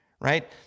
right